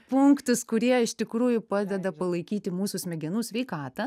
punktus kurie iš tikrųjų padeda palaikyti mūsų smegenų sveikatą